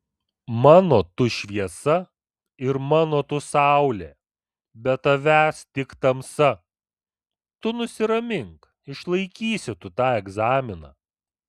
mano tu šviesa ir mano tu saulė be tavęs tik tamsa tu nusiramink išlaikysi tu tą egzaminą